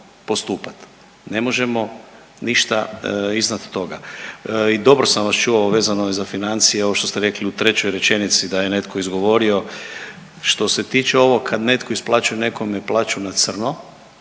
postupati. Ne možemo ništa iznad toga. I dobro sam vas čuo, vezano je za financije ovo što ste rekli u trećoj rečeni da je netko izgovorio, što se tiče ovoga kada netko isplaćuje nekome plaću na crno